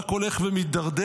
רק הולך ומידרדר.